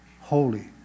holy